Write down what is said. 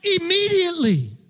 immediately